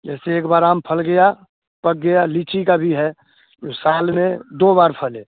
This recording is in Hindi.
जैसे एक बार आम फल गया पक गया लीची का भी है जो साल में दो बार फले